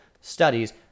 studies